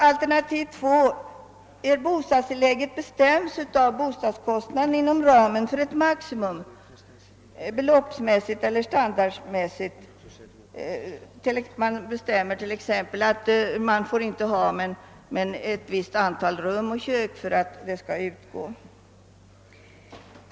Alternativ II innebär att bostadstillägget bestäms av bostadskostnaden inom ramen för ett maximum, beloppsmässigt eller standardmässigt — man bestämmer t.ex. att pensionären inte får ha mer än ett visst antal rum för att tillägget skall utgå.